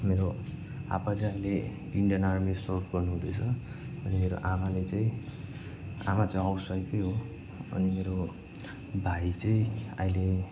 मेरो आप्पा चाहिँ अहिले इन्डियन आर्मी सर्भ गर्नुहुँदैछ अनि मेरो आमाले चाहिँ आमा चाहिँ हाउस वाइफै हो अनि मेरो भाइ चाहिँ अहिले